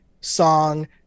song